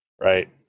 Right